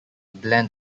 blend